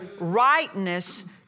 rightness